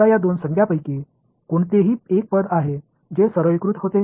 आता या दोन संज्ञांपैकी कोणतेही एक पद आहे जे सरलीकृत होते